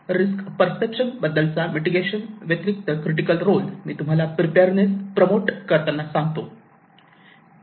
risk perception बद्दलचा mitigation व्यतिरिक्त critical role मी तुम्हाला प्रिपेअरनेस प्रमोट करताना सांगतो